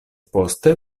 poste